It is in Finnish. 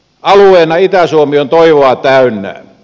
alueena itä suomi on toivoa täynnä